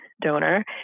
donor